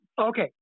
Okay